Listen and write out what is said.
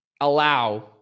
allow